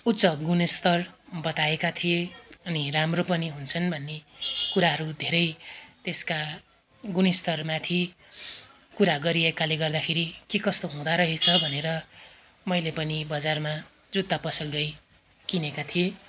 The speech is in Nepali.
उच्च गुणस्तर बताएका थिए अनि राम्रो पनि हुन्छन् भन्ने कुराहरू धेरै त्यसका गुणस्तरमाथि कुरा गरिएकाले गर्दाखेरि के कस्तो हुँदोरहेछ भनेर मैले पनि बजारमा जुत्ता पसल गई किनेको थिएँ